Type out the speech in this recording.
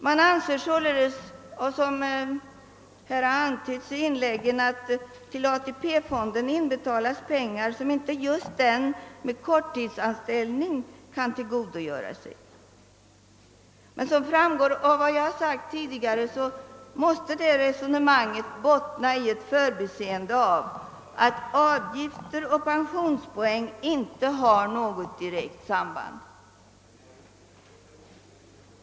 Man anser således, som här har antytts i inläggen, att till AP fonden inbetalas pengar som den korttidsanställde inte kan tillgodoräkna sig. Men som framgår av vad jag har sågt tidigare måste resonemanget bottna i förbiseende av att avgifter och pensionspoäng inte har något direkt samband.